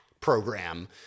program